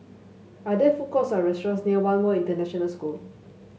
are there food courts or restaurants near One World International School